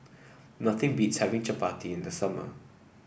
nothing beats having Chapati in the summer